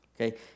Okay